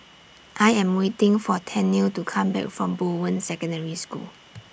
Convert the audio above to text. I Am waiting For Tennille to Come Back from Bowen Secondary School